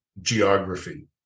geography